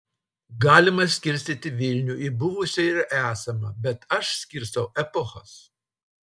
galima skirstyti vilnių į buvusį ir esamą bet aš skirstau epochas